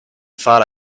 thought